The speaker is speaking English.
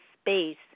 space